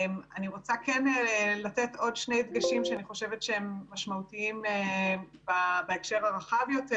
אני רוצה לתת עוד שני הדגשים שאני חושבת שהם משמעותיים בהקשר הרחב יותר.